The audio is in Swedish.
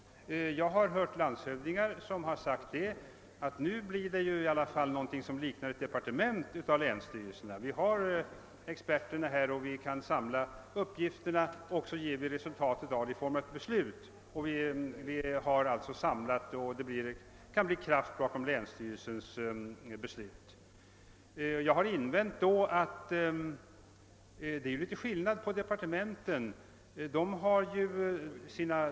Jag har hört landshövdingar som sagt: Nu blir det i alla fall något av länsstyrelserna som liknar ett departement. Vi förfogar över experterna och kan samla uppgifter och så beslutar vi. Det kan på så sätt bli kraft bakom länsstyrelsens beslut. Jag har då invänt att det dock är litet skillnad gentemot departementen.